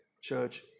church